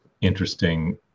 interesting